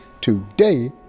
today